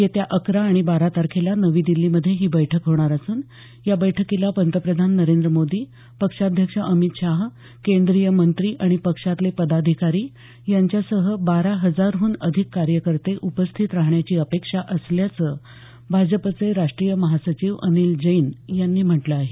येत्या अकरा आणि बारा तारखेला नवी दिल्लीमध्ये ही बैठक होणार असून या बैठकीला पंतप्रधान नरेंद्र मोदी पक्षाध्यक्ष अमित शाह केंद्रीय मंत्री आणि पक्षातले पदाधिकारी यांच्यासह बारा हजारहून अधिक कार्यकर्ते उपस्थित राहण्याची अपेक्षा असल्याचं भाजपचे राष्टीय महासचिव अनिल जैन यांनी म्हटलं आहे